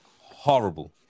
horrible